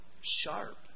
sharp